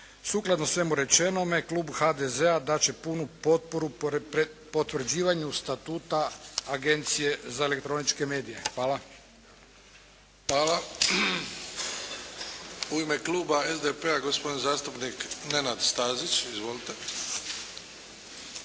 Sukladno svemu rečenome klub HDZ-a dat će punu potporu potvrđivanju Statuta Agencije za elektroničke medije. Hvala. **Bebić, Luka (HDZ)** Hvala. U ime kluba SDP-a gospodin zastupnik Nenad Stazić. Izvolite.